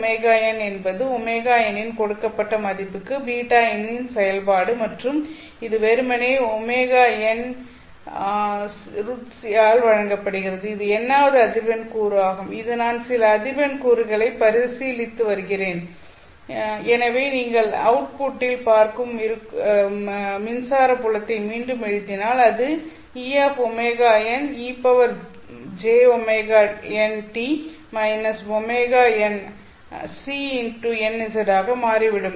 βωn என்பது ωn இன் கொடுக்கப்பட்ட மதிப்புக்கு β இன் செயல்பாடு மற்றும் இது வெறுமனே ωnnc ஆல் வழங்கப்படுகிறது இது n வது அதிர்வெண் கூறு ஆகும் இது நான் சில அதிர்வெண் கூறுகளை பரிசீலித்து வருகிறேன் எனவே நீங்கள் அவுட்புட்டில் பார்க்கும் இருக்கும் மின்சார புலத்தை மீண்டும் எழுதினால் அது Eωne jωnt−ωn c nz ஆக மாறிவிடும்